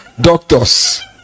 doctors